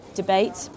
debate